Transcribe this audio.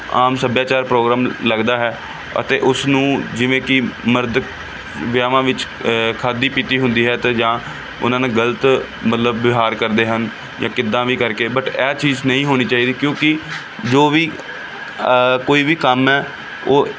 ਆਮ ਸੱਭਿਆਚਾਰ ਪ੍ਰੋਗਰਾਮ ਲੱਗਦਾ ਹੈ ਅਤੇ ਉਸਨੂੰ ਜਿਵੇਂ ਕਿ ਮਰਦ ਵਿਆਹਾਂ ਵਿੱਚ ਖਾਧੀ ਪੀਤੀ ਹੁੰਦੀ ਹੈ ਅਤੇ ਜਾਂ ਉਹਨਾਂ ਨਾਲ ਗਲਤ ਮਤਲਬ ਵਿਹਾਰ ਕਰਦੇ ਹਨ ਜਾਂ ਕਿੱਦਾਂ ਵੀ ਕਰਕੇ ਬੱਟ ਇਹ ਚੀਜ਼ ਨਹੀਂ ਹੋਣੀ ਚਾਹੀਦੀ ਕਿਉਂਕਿ ਜੋ ਵੀ ਕੋਈ ਵੀ ਕੰਮ ਹੈ ਉਹ